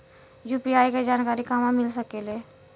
UPI के जानकारी कहवा मिल सकेले?